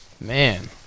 man